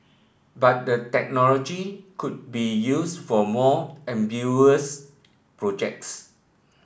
but the technology could be used for more ambitious projects